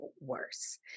worse